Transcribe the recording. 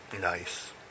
Nice